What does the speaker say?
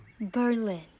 Berlin